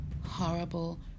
horrible